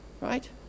Right